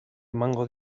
emango